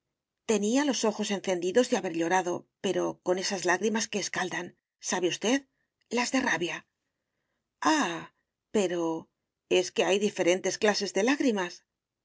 tenía los ojos encendidos de haber llorado pero con esas lágrimas que escaldan sabe usted las de rabia ah pero es que hay diferentes clases de lágrimas